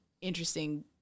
interesting